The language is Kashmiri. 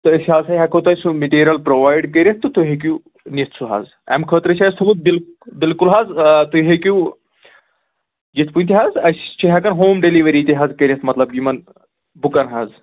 تہٕ أسۍ ہَسا ہیٚکو تۄہہِ سُہ میٹیٖریَل پُرٛوایِڈ کٔرِتھ تہٕ تُہۍ ہیٚکِو نِتھ سُہ حظ اَمہِ خٲطرٕ چھِ اَسہِ تھوٚومُت بِلکُل حظ تُہۍ ہیٚکِو یِتھٕ کٔنۍ تہِ حظ اَسہِ چھِ ہیٚکَن ہوٗم ڈیلِؤری تہِ حظ کٔرِتھ مطلب یِمَن بُکَن حظ